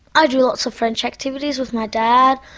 i do lots of french activities with my dad,